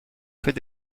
fait